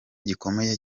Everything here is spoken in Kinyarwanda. gikomeye